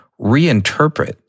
reinterpret